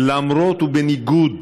למרות ובניגוד